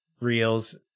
reels